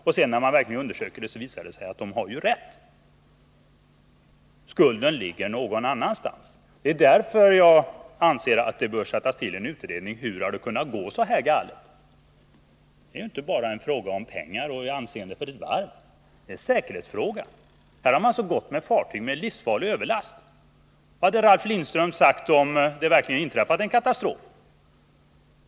Och när saken verkligen undersöktes, visade det sig att de hade rätt. Skulden ligger någon annanstans. Det är anledningen till att jag anser att det bör tillsättas en utredning för att klarlägga hur det har kunnat gå så här galet. Det är inte bara en fråga om pengar och ett varvs anseende. Det är också en säkerhetsfråga — fartyg har gått med livsfarlig överlast. Vad hade Ralf Lindström sagt om det verkligen inträffat en katastrof?